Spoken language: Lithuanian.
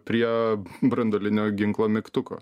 prie branduolinio ginklo mygtuko